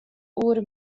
oere